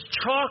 chalk